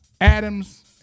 Adams